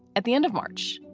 at the end of march,